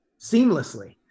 seamlessly